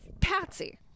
Patsy